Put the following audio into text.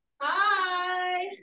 Hi